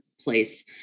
place